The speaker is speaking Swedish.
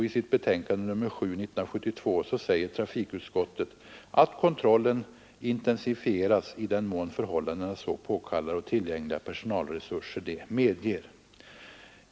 I sitt betänkande nr 7 år 1972 säger trafikutskottet att man förutsätter att kontrollen ”intensifieras i den mån förhållandena så påkallar och tillgängliga personalresurser det medger”.